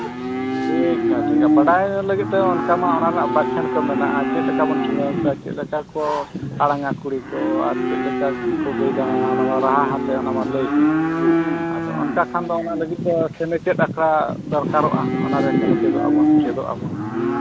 ᱴᱷᱤᱠᱼᱟ ᱴᱷᱤᱠᱼᱟ ᱟᱨ ᱵᱟᱰᱟᱭ ᱞᱟᱹᱜᱤᱫ ᱫᱚ ᱚᱱᱠᱟ ᱢᱟ ᱚᱱᱟ ᱨᱮᱱᱟᱜ ᱵᱟᱸᱠᱷᱮᱲ ᱠᱚ ᱢᱮᱱᱟᱜᱼᱟ ᱪᱮᱫ ᱞᱮᱠᱟ ᱵᱚᱱ ᱪᱩᱢᱟᱹᱲᱟ ᱠᱚᱣᱟ ᱪᱮᱫ ᱞᱮᱠᱟ ᱠᱚ ᱟᱲᱟᱝᱟ ᱠᱩᱲᱤ ᱠᱚ ᱟᱨ ᱪᱮᱫ ᱞᱮᱠᱟ ᱠᱚ ᱫᱟᱬᱟᱱᱟ ᱚᱱᱟ ᱢᱟ ᱨᱟᱦᱟ ᱟᱛᱮᱫ ᱞᱟᱹᱭ ᱦᱩᱭᱩᱜᱼᱟ ᱟᱫᱚ ᱚᱱᱠᱟ ᱠᱷᱟᱱ ᱫᱚ ᱚᱱᱟ ᱞᱟᱹᱜᱤᱫ ᱫᱚ ᱥᱮᱞᱮᱫ ᱪᱮᱫ ᱞᱮᱠᱟ ᱫᱚᱨᱠᱟᱨᱚᱜᱼᱟ ᱪᱮᱫᱚᱜ ᱟᱵᱚᱱ ᱪᱮᱫᱚᱜ ᱟᱵᱚᱱ